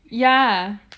ya